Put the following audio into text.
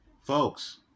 Folks